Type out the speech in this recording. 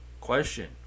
Question